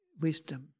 wisdom